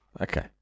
Okay